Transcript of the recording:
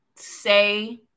say